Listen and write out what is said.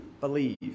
believe